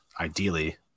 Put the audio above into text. ideally